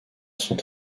sont